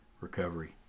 recovery